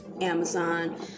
Amazon